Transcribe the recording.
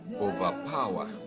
overpower